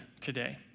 today